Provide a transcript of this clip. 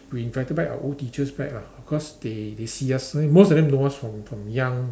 we invited back our old teachers back lah cause they they see us most of them know us from from young